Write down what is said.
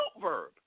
Verb